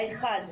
אחד,